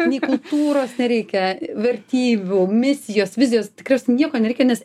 nei kultūros nereikia vertybių misijos vizijos tikriausia nieko nereikia nes